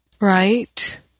Right